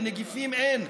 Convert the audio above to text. לנגיפים אין.